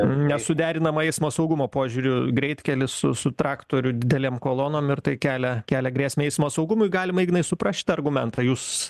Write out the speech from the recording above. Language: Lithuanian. nesuderinama eismo saugumo požiūriu greitkelis su su traktorių didelėm kolonom ir tai kelia kelia grėsmę eismo saugumui galima ignai suprast šitą argumentą jūs